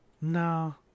no